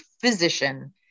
physician